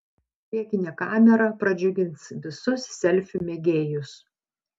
priekinė kamera pradžiugins visus selfių mėgėjus